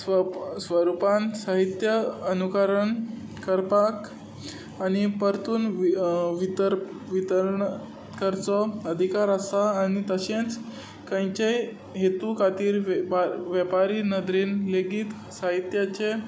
स्व स्वरुपांत साहित्य अनुकरन करपाक आनी परतून वितर वितरन करचो अदिकार आसा आनी तशेंच खंयच्याय हेतू खातीर वे वेपारी नदरेन लेगीत साहित्याचे